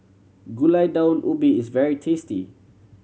Gulai Daun Ubi is very tasty